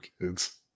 kids